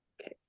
okay